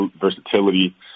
versatility